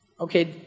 Okay